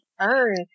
earn